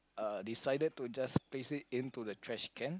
uh decided to just place it into the trash can